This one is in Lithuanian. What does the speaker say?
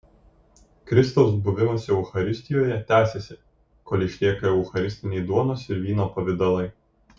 kristaus buvimas eucharistijoje tęsiasi kol išlieka eucharistiniai duonos ir vyno pavidalai